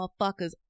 motherfuckers